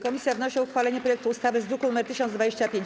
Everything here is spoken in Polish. Komisja wnosi o uchwalenie projektu ustawy z druku nr 1025.